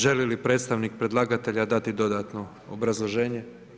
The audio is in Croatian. Želi li predstavnik predlagatelja dati dodatno obrazloženje?